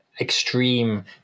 extreme